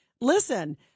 listen